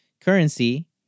currency